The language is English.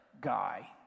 guy